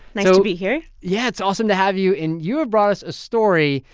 nice to be here yeah, it's awesome to have you. and you have brought us a story,